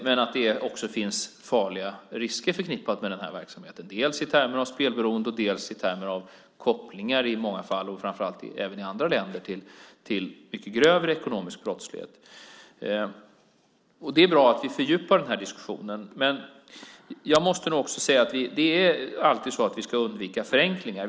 Men det finns också farliga risker förknippade med den här verksamheten, dels i termer av spelberoende och dels i termer av kopplingar i många fall, även i andra länder, till mycket grövre ekonomisk brottslighet. Det är bra att vi fördjupar den här diskussionen, men vi ska undvika förenklingar.